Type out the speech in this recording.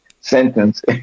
sentence